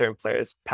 players